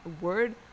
word